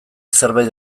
zerbait